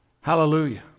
Hallelujah